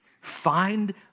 Find